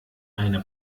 eine